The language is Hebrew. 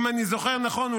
אם אני זוכר נכון,